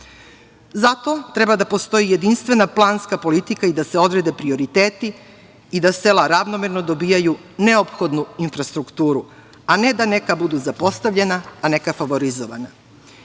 tako? Zato treba da postoji jedinstvena planska politika i da se odrede prioriteti i da sela ravnomerno dobijaju neophodnu infrastrukturu, a ne da neka budu zapostavljena, a neka favorizovana.I